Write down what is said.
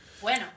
Bueno